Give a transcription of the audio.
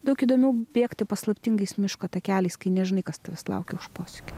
daug įdomiau bėgti paslaptingais miško takeliais kai nežinai kas tavęs laukia už posūkio